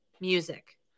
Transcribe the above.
music